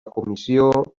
comissió